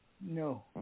no